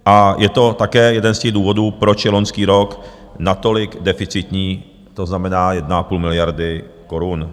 A je to také jeden z těch důvodů, proč je loňský rok natolik deficitní, to znamená 1,5 miliardy korun.